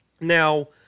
now